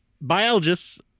Biologists